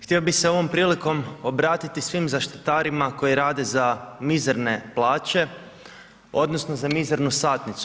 Htio bih se ovom prilikom obratiti svim zaštitarima koji rade za mizerne plaće, odnosno za mizernu satnicu.